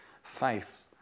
Faith